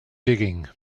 digging